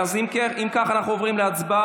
אם כך, אנחנו עוברים להצבעה.